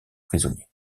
prisonniers